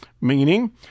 meaning